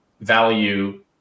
value